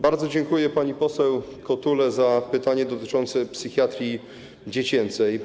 Bardzo dziękuję pani poseł Kotuli za pytanie dotyczące psychiatrii dziecięcej.